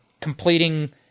completing